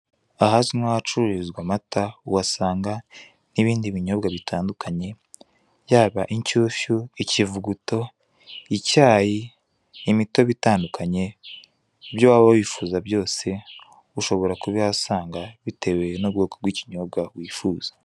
Ahazwi nk'acururizwa amata uhasanga n'ibindi ibinyobwa yaba inshyushyu, ikivuguto, icyayi, imitobe itandukanye ibyo waba wifuza byose ushobora kubihasanga bitewe n'ubwoko bw'ikinyobwa wifuza.